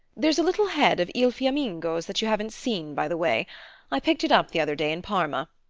there's a little head of il fiammingo's that you haven't seen, by the way i picked it up the other day in parma.